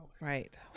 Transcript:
Right